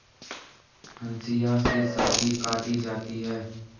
हंसिआ से सब्जी काटी जाती है